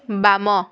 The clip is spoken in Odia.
ବାମ